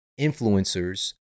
influencers